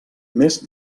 més